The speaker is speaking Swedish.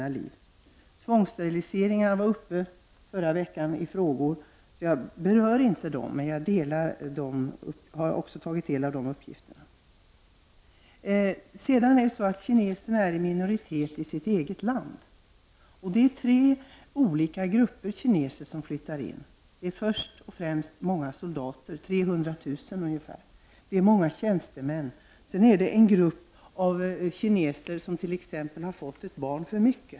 Eftersom tvångssteriliseringarna diskuterades under en frågedebatt förra veckan, tänker jag inte beröra den frågan, men jag har tagit del av de uppgifter som då lämnades. Kineserna är i minoritet i sitt eget land, och det är tre olika grupper av kineser som flyttar till Tibet. De är främst soldater, ca 300 000, många tjänstemän och en grupp kineser som t.ex. har fått ett barn för mycket.